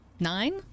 Nine